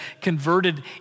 converted